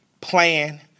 plan